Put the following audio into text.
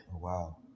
Wow